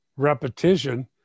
repetition